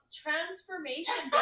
transformation